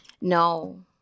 No